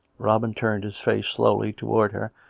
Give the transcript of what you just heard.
robin turned his face slowly towards her,